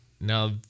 Now